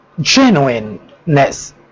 genuineness